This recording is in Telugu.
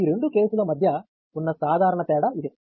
ఈ రెండు కేసుల మధ్య ఉన్న సాధారణ తేడా ఇదే